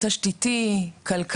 תשתיתי, כלכלי,